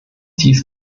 dies